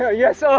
ah yes, ah